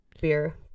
Beer